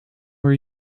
are